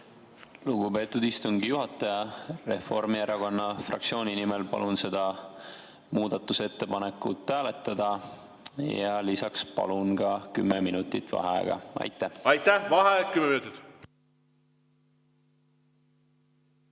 Lugupeetud istungi juhataja! Reformierakonna fraktsiooni nimel palun seda muudatusettepanekut hääletada ja lisaks palun ka kümme minutit vaheaega. Aitäh! Vaheaeg kümme